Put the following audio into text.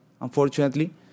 unfortunately